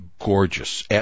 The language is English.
gorgeous